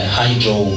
hydro